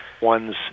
one's